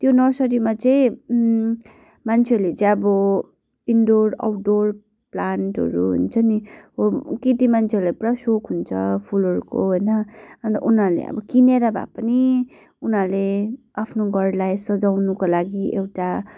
त्यो नर्सरीमा चाहिँ मान्छेहरूले चाहिँ अब इन्डोर आउटडोर प्लान्टहरू हुन्छ नि हो केटी मान्छेहरूलाई पुरा सोख हुन्छ फुलको होइन अन्त उनीहरूले अब किनेर भए पनि उनीहरूले आफ्नो घरलाई सजाउनुको लागि एउटा